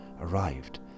arrived